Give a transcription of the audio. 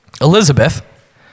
Elizabeth